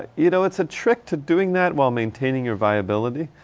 ah you know, it's a trick to doing that while maintaining your viability.